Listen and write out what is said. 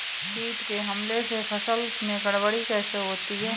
कीट के हमले से फसल में गड़बड़ी कैसे होती है?